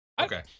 Okay